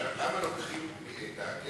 כשאני אומרת את הדברים החמורים האלה?